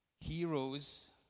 heroes